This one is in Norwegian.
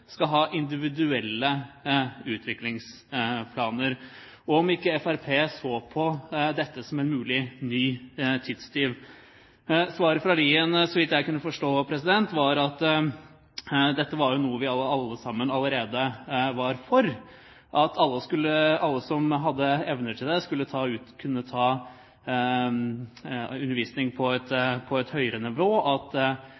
skal ha individuelle utviklingsplaner – om ikke Fremskrittspartiet så på dette som en mulig ny tidstyv. Svaret fra Lien var, så vidt jeg kunne forstå, at dette var noe vi alle sammen allerede var for, at alle som hadde evner til det, kunne ta undervisning på et